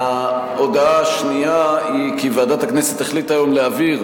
ההודעה השנייה היא כי ועדת הכנסת החליטה היום להעביר